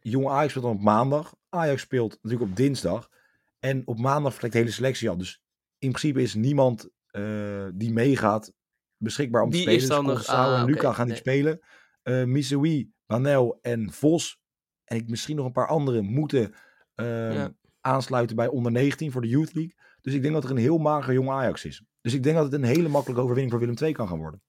Jong Ajax speelt dan op maandag. Ajax speelt natuurlijk op dinsdag. En op maandag vertrekt de hele selectie al. Dus in principe is niemand, eh, die meegaat beschikbaar om te Wie spelen. is Dus dan nog- Kurosawa en ah, oké, Luka gaan niet nee. spelen. Eh, Missouri, Hanel en Vos. En ik- misschien nog een paar anderen moeten, ehm, Ja. aansluiten bij onder 19 voor de Youth League. Dus ik denk dat er een heel mager Jong Ajax is. Dus ik denk dat het een hele makkelijke overwinning voor Willem II kan gaan worden.